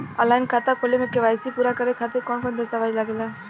Online खाता खोले में के.वाइ.सी पूरा करे खातिर कवन कवन दस्तावेज लागे ला?